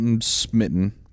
smitten